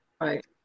Right